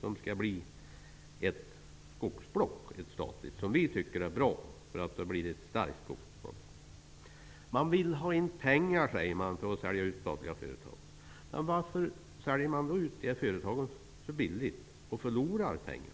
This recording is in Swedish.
De skall bilda ett statligt skogsblock. Det tycker vi är bra. Då blir det ett starkt skogsblock. Regeringen säger att man vill sälja ut statliga företag för att få in pengar. Varför säljer man då företagen så billigt och förlorar pengar?